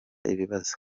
ibibazo